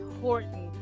Horton